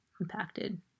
impacted